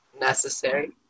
necessary